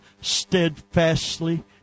steadfastly